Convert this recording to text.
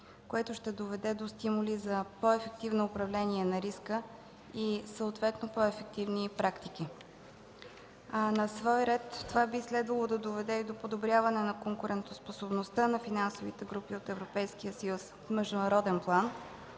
което ще доведе до стимули за по-ефективно управление на риска и съответно по-ефективни практики. На свой ред това би следвало да доведе до подобряване на конкурентоспособността на финансовите групи от Европейския съюз в международен план